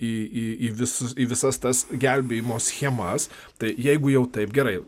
į į visus į visas tas gelbėjimo schemas tai jeigu jau taip gerai